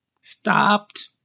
Stopped